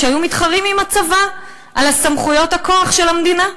שהיו מתחרים בצבא על סמכויות הכוח של המדינה.